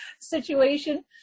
situation